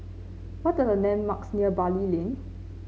what are the landmarks near Bali Lane